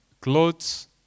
clothes